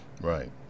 right